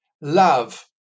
love